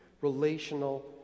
relational